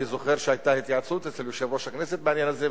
אני זוכר שהיתה התייעצות אצל יושב-ראש הכנסת בעניין הזה,